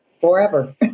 forever